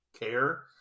care